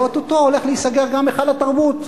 ואו-טו-טו הולך להיסגר גם היכל התרבות.